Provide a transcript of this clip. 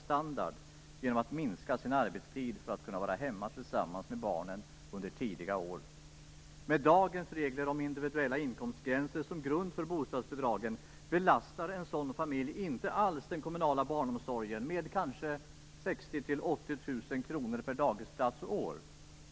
standard genom att minska sin arbetstid för att kunna vara hemma tillsammans med barnen under tidiga år. Med dagens regler om individuella inkomstgränser som grund för bostadsbidragen belastar en sådan familj inte alls den kommunala barnomsorgen, där kostnaden är kanske 60 000 80 000 kr per dagisplats och år.